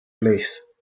place